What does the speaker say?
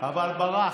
אבל ברחת.